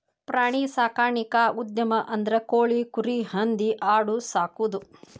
ಪ್ರಾಣಿ ಸಾಕಾಣಿಕಾ ಉದ್ಯಮ ಅಂದ್ರ ಕೋಳಿ, ಕುರಿ, ಹಂದಿ ಆಡು ಸಾಕುದು